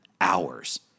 hours